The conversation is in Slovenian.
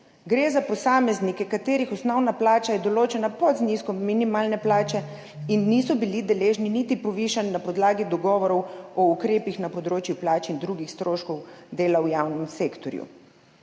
Gre za posameznike, katerih osnovna plača je določena pod zneskom minimalne plače in niso bili deležni niti povišanj na podlagi dogovorov o ukrepih na področju plač in drugih stroškov dela v javnem sektorju.